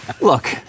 look